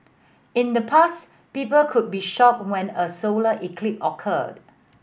in the past people could be shocked when a solar eclipse occurred